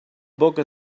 boca